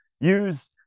use